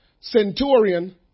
centurion